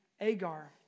Agar